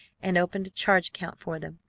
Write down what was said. and opened a charge account for them.